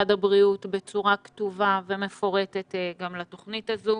הבריאות בצורה כתובה ומפורטת לתוכנית הזו.